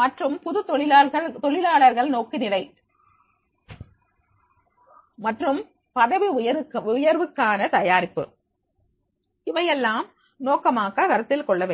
மற்றும் புது தொழிலாளர்கள் நோக்குநிலை மற்றும் பதவி உயர்வுக்கான தயாரிப்பு இவையெல்லாம் நோக்கமாக கருத்தில் கொள்ள வேண்டும்